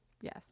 yes